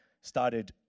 started